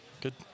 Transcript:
Good